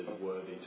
worthy